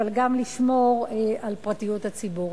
אבל גם לשמור על פרטיות הציבור.